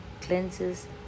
cleanses